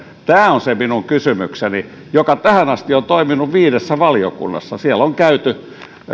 tämä on se minun kysymykseni se tähän asti on toiminut viidessä valiokunnassa siellä on käyty